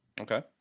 Okay